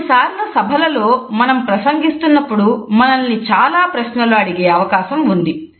కొన్నిసార్లు సభలలో మనం ప్రసంగిస్తున్నప్పుడు మనల్ని చాలా ప్రశ్నలు అడిగే అవకాశం ఉంది